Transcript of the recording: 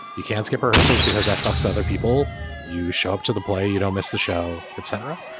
you can't skip rehearsals because that fucks other people you show up to the play you don't miss the show etc.